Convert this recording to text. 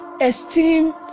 esteem